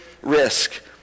risk